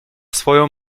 swoją